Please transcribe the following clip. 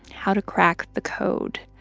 how to crack the code.